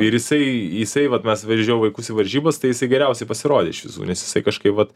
ir jisai jisai vat mes vežiau vaikus į varžybas tai jisai geriausiai pasirodė iš visų nes jisai kažkaip vat